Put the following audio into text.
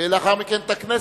ולוקחת גם את גוש-עציון,